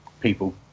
people